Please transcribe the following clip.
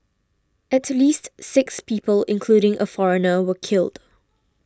at least six people including a foreigner were killed